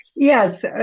Yes